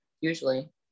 usually